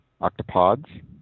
Octopods